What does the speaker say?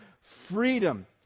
freedom